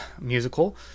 musical